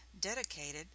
dedicated